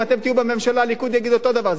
אם אתם תהיו בממשלה, הליכוד יגיד אותו דבר.